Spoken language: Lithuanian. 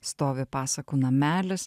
stovi pasakų namelis